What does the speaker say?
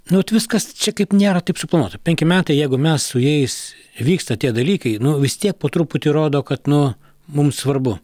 nu vat viskas čia kaip nėra taip suplanuota penki metai jeigu mes su jais vyksta tie dalykai nu vis tiek po truputį rodo kad nu mums svarbu